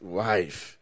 wife